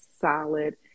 solid